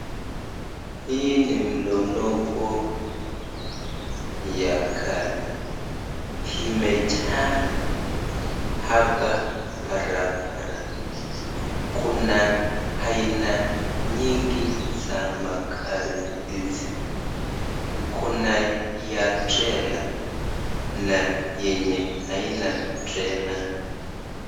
Hii ni mlolongo ya gari imejaa hapa barabara, Kuna aina nyingi ya magari hizi Kuna ya trela na yenye haina trela.